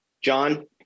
John